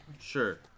Sure